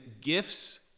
gifts